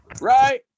right